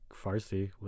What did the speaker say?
Farsi